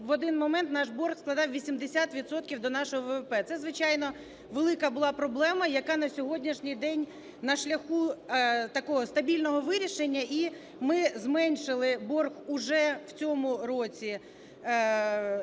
в один момент наш борг складав 80 відсотків до нашого ВВП. Це, звичайно, велика була проблема, яка на сьогоднішній день на шляху такого стабільного вирішення, і ми зменшили борг вже в цьому році